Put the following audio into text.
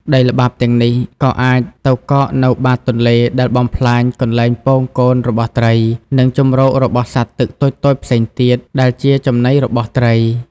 ដីល្បាប់ទាំងនេះក៏អាចទៅកកនៅបាតទន្លេ ដែលបំផ្លាញកន្លែងពងកូនរបស់ត្រី និងជម្រករបស់សត្វទឹកតូចៗផ្សេងទៀត ដែលជាចំណីរបស់ត្រី។